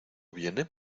viene